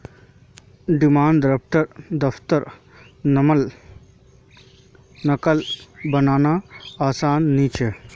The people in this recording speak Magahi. डिमांड द्रफ्टर नक़ल बनाना आसान नि छे